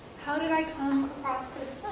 how did i come across this